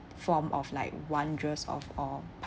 form of like wondrous of all